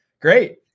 Great